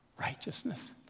righteousness